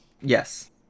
Yes